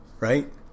Right